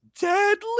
deadly